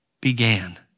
began